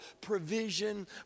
provision